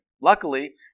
Luckily